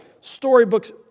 storybooks